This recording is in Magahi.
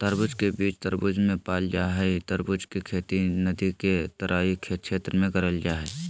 तरबूज के बीज तरबूज मे पाल जा हई तरबूज के खेती नदी के तराई क्षेत्र में करल जा हई